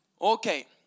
okay